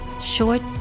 short